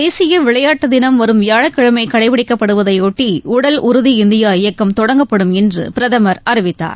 தேசிய விளையாட்டு தினம் வரும் வியாழக்கிழமை கடைபிடிக்கப்படுவதையொட்டி உடல் உறுதி இந்தியா இயக்கம் தொடங்கப்படும் என்று பிரதமர் அறிவித்தார்